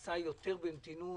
נעשה יותר במתינות,